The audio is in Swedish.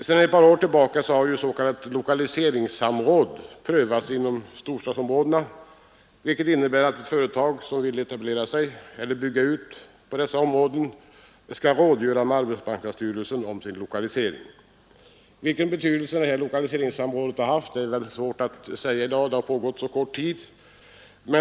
Sedan ett par år tillbaka har s.k. lokaliseringssamråd prövats inom storstadsområdena, vilket innebär att företag som vill etablera sig eller bygga ut inom dessa områden skall rådgöra med arbetsmarknadsstyrelsen om sin lokalisering. Vilken betydelse detta lokaliseringssamråd har haft är det väl svårt att uttala sig om i dag — det har pågått en så kort tid.